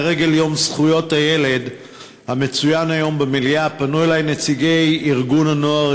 לרגל יום זכויות הילד המצוין היום במליאה פנו אלי נציגי ארגון הנוער